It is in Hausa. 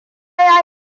ya